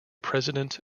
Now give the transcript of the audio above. president